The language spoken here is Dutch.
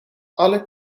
alle